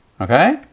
Okay